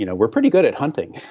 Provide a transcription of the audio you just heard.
you know we're pretty good at hunting